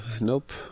Nope